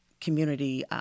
community